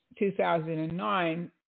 2009